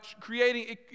creating